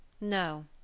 No